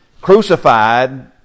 crucified